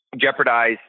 jeopardize